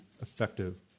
effective